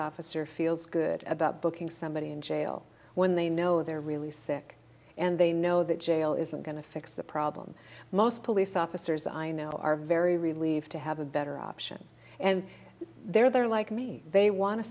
officer feels good about booking somebody in jail when they know they're really sick and they know that jail isn't going to fix the problem most police officers i know are very relieved to have a better option and they're there like me they want to